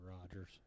Rogers